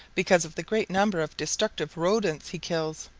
because of the great number of destructive rodents he kills.